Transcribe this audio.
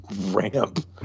ramp